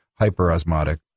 hyperosmotic